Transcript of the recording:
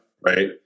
Right